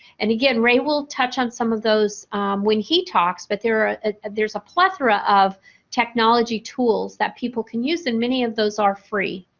and, again ray will touch on some of those when he talks but there are there's a plethora of technology tools that people can use and many of those are free.